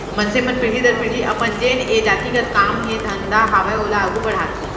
मनसे मन पीढ़ी दर पीढ़ी अपन जेन ये जाति गत काम हे धंधा हावय ओला आघू बड़हाथे